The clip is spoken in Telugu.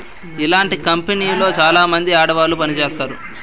ఇలాంటి కంపెనీలో చాలామంది ఆడవాళ్లు పని చేత్తారు